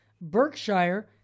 Berkshire